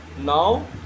now